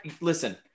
listen